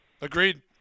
Agreed